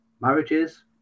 marriages